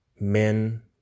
men